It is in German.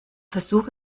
versuch